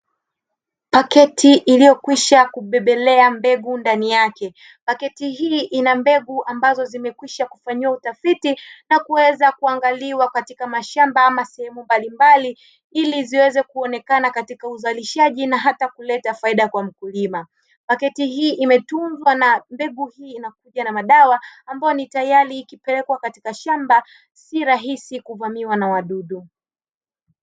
Paketi iliyokwisha kubebelea mbegu ndani yake. paketi hii ina mbegu ambazo zimekwisha kufanyiwa utafiti na kuweza kuangaliwa katika mashamba ama sehemu mbalimbali ili ziweze kuonekana katika uzalishaji na hata kuleta faida kwa mkulima. Paketi hii imetunzwa na mbegu hii inakuja na madawa ambayo ni tayari yakipelekwa kwenye shamba si rahisi kuvamiwa na wadudu.